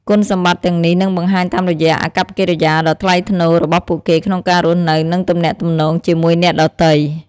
គុណសម្បត្តិទាំងនេះនឹងបង្ហាញតាមរយៈអាកប្បកិរិយាដ៏ថ្លៃថ្នូររបស់ពួកគេក្នុងការរស់នៅ និងទំនាក់ទំនងជាមួយអ្នកដទៃ។